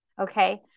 okay